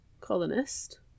colonist